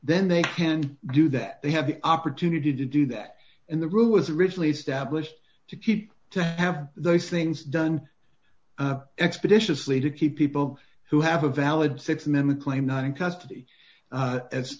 then they can do that they have the opportunity to do that and the rule was originally established to keep to have those things done expeditiously to keep people who have a valid six member claim not in custody as as